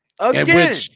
again